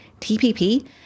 TPP